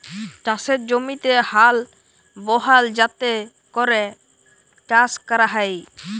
চাষের জমিতে হাল বহাল যাতে ক্যরে চাষ ক্যরা হ্যয়